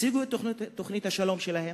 הציגו את תוכנית השלום שלהם,